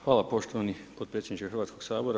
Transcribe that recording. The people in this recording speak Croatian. Hvala poštovani potpredsjedniče Hrvatskog sabora.